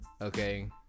okay